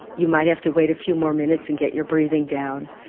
you might have to wait a few more minutes and get your breathing down.